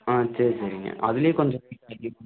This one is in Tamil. ஆ சரி சரிங்க அதுலேயும் கொஞ்சம்